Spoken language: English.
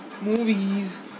movies